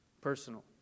personal